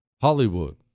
Hollywood